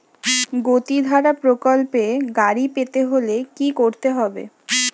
গতিধারা প্রকল্পে গাড়ি পেতে হলে কি করতে হবে?